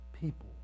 people